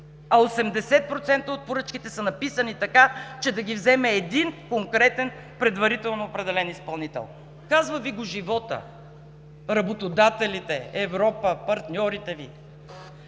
а 80% от поръчките са написани, така че да ги вземе един конкретен предварително определен изпълнител. Казва Ви го животът, работодателите, Европа, партньорите ни!